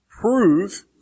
prove